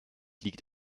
liegt